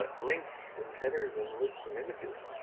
ah links and headers and lists and images.